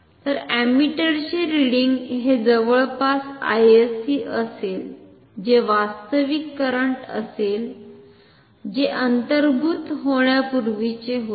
तर अमीटरचे रिडिंग हे जवळपास Isc असेल जे वास्तविक करंट असेल जे अंतर्भूत होण्यापूर्वीचे होते